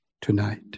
tonight